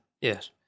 Yes